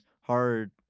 hard